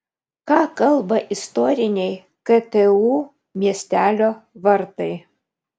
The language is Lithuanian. ką kalba istoriniai ktu miestelio vartai